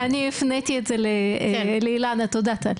כן אני הפניתי את זה לאילנה, תודה טל.